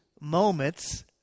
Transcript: moments